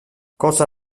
cosa